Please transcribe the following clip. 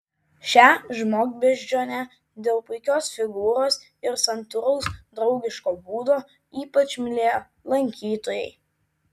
šią žmogbeždžionę dėl puikios figūros ir santūraus draugiško būdo ypač mylėjo lankytojai